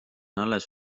alles